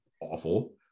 Awful